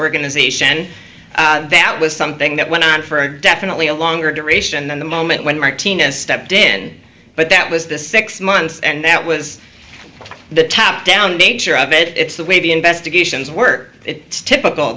organization that was something that went on for definitely a longer duration than the moment when martinez stepped in but that was the six months and that was the top down nature of it it's the way the investigations work it